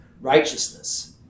righteousness